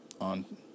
on